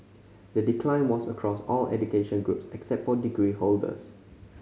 the decline was across all education groups except for degree holders